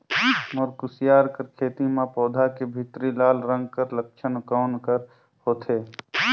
मोर कुसियार कर खेती म पौधा के भीतरी लाल रंग कर लक्षण कौन कर होथे?